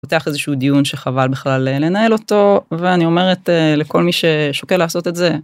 פותח איזה שהוא דיון שחבל בכלל לנהל אותו ואני אומרת לכל מי ששוקל לעשות את זה.